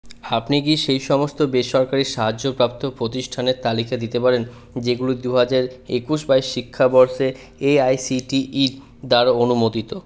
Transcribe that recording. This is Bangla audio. আপনি কি সেই সমস্ত বেসরকারি সাহায্যপ্রাপ্ত প্রতিষ্ঠানের তালিকা দিতে পারেন যেগুলো দু হাজার একুশ বাইশ শিক্ষাবর্ষে এআইসিটিই দ্বারা অনুমোদিত